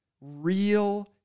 real